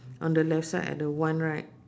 on the left side ada one right